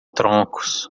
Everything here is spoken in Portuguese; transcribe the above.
troncos